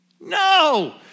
No